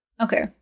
Okay